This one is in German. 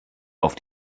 auf